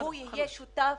אין שום